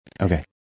okay